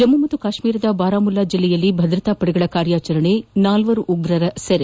ಜಮ್ಮು ಮತ್ತು ಕಾಶ್ಮೀರದ ಬಾರಾಮುಲ್ಲಾ ಜಿಲ್ಲೆಯಲ್ಲಿ ಭದ್ರತಾ ಪಡೆಗಳ ಕಾರ್ಯಾಚರಣೆ ನಾಲ್ವರು ಉಗ್ರರ ಸೆರೆ